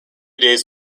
days